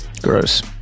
Gross